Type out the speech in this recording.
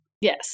Yes